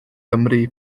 gymru